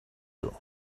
you